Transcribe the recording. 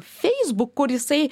facebook kur jisai